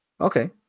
Okay